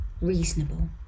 reasonable